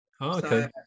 okay